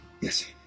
Yes